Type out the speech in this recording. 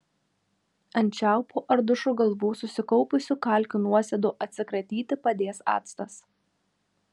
ant čiaupų ar dušo galvų susikaupusių kalkių nuosėdų atsikratyti padės actas